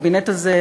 הקבינט הזה,